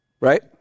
Right